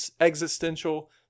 existential